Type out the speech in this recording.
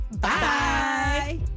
Bye